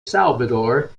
salvador